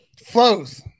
Flows